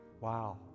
Wow